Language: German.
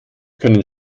können